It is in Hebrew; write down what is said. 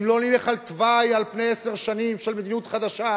אם לא נלך על תוואי על פני עשר שנים של מדיניות חדשה,